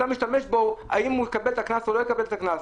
אתה משתמש בו האם הוא יקבל את הקנס או לא יקבל את הקנס.